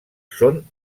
són